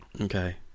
Okay